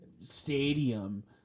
stadium